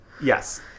Yes